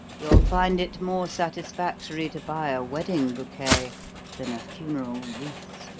you'll find it more satisfactory to buy a wedding bouquet than a funeral wreath!